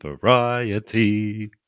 Variety